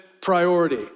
priority